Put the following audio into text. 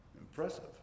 Impressive